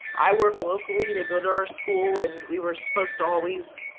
i work locally. they go to our school. and we were supposed to always,